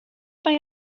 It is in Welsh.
mae